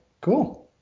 Cool